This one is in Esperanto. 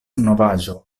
novaĵo